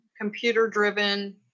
computer-driven